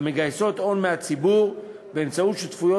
המגייסות הון מהציבור באמצעות שותפויות